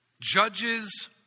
judges